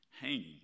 hanging